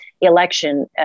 election